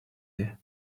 air